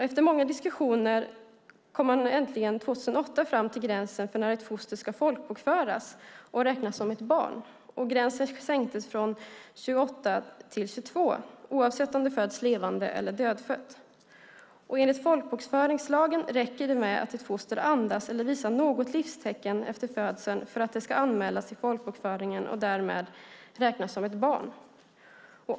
Efter många diskussioner kom man äntligen 2008 fram till gränsen för när ett foster ska folkbokföras och räknas som barn. Gränsen sänktes från 28 till 22 veckor oavsett om barnet föds levande eller är dödfött. Enligt folkbokföringslagen räcker det med att ett foster andas eller visar något livstecken efter födseln för att det ska anmälas till folkbokföringen och därmed räknas som ett barn.